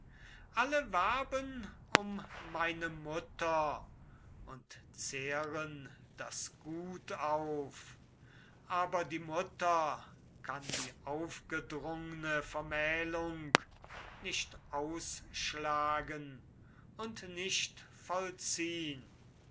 alle werben um meine mutter und zehren das gut auf aber die mutter kann die aufgedrungne vermählung nicht ausschlagen und nicht vollziehn